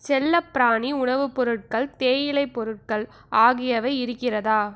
செல்லப்பிராணி உணவுப் பொருட்கள் தேயிலைப் பொருட்கள் ஆகியவை இருக்கிறதா